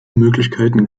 möglichkeiten